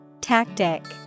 Tactic